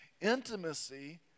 intimacy